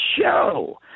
show